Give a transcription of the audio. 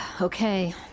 Okay